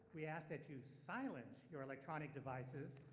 we ask that you silence your electronic devices,